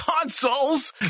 consoles